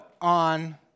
on